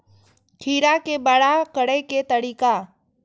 खीरा के बड़ा करे के तरीका?